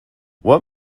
what